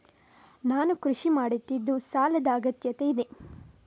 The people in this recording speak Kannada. ನಾನು ಕೃಷಿ ಮಾಡುತ್ತಿದ್ದು ಸಾಲದ ಅಗತ್ಯತೆ ಇದೆ?